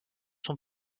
son